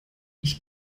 ich